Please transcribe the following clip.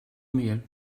mail